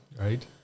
Right